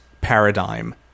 paradigm